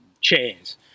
chairs